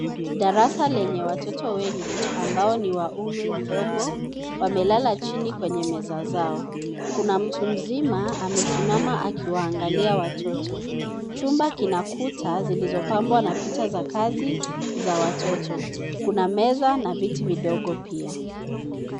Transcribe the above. Darasa lenye watoto wengi ambao ni wa umri mdogo wamelala chini kwenye meza zao. Kuna mtu mzima amesimama akiwaangalia watoto. Chumba kina kuta zilizopambwa na picha za kazi za watoto. Kuna meza na viti vidogo pia.